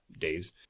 days